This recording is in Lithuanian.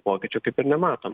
pokyčių kaip ir nematom